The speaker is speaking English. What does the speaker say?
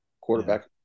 quarterback